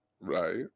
right